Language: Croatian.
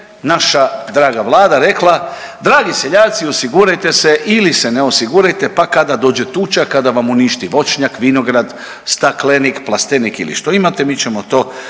naša draga Vlada rekla, dragi seljaci osigurajte se ili se ne osigurajte pa kada dođe tuča kada vam uništi voćnjak, vinograd, staklenik, plastenik ili što imate mi ćemo to